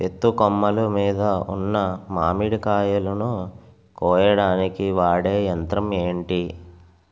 ఎత్తు కొమ్మలు మీద ఉన్న మామిడికాయలును కోయడానికి వాడే యంత్రం ఎంటి?